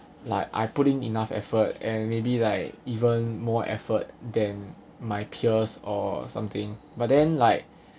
like I put in enough effort and maybe like even more effort than my peers or something but then like